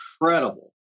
incredible